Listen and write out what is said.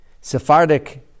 Sephardic